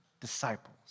disciples